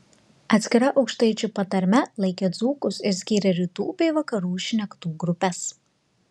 atskira aukštaičių patarme laikė dzūkus ir skyrė rytų bei vakarų šnektų grupes